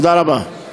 תודה רבה.